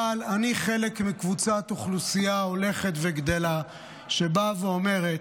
אבל אני חלק מקבוצת אוכלוסייה הולכת וגדלה שבאה ואומרת: